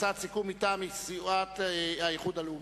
הצעת סיכום מטעם סיעת האיחוד הלאומי.